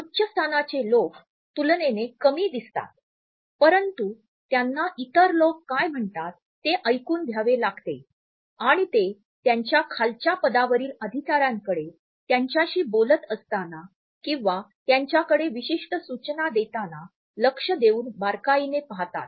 उच्च स्थानाचे लोक तुलनेने कमी दिसतात परंतु त्यांना इतर लोक काय म्हणतात ते ऐकून घ्यावे लागते आणि ते त्यांच्या खालच्या पदावरील अधिकाऱ्यांकडे त्यांच्याशी बोलत असताना किंवा त्यांच्याकडे विशिष्ट सूचना देताना लक्ष देऊन बारकाईने पाहतात